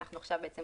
אנחנו עכשיו בעצם